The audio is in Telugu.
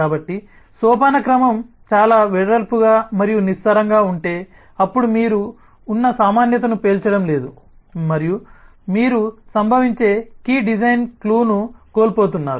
కాబట్టి సోపానక్రమం చాలా వెడల్పుగా మరియు నిస్సారంగా ఉంటే అప్పుడు మీరు ఉన్న సామాన్యతను పేల్చడం లేదు మరియు మీరు సంభవించే కీ డిజైన్ క్లూను కోల్పోతున్నారు